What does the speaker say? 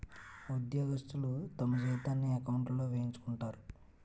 ఉద్యోగస్తులు తమ జీతాన్ని ఎకౌంట్లో వేయించుకుంటారు